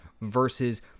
versus